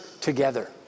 together